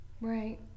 Right